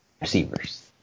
receivers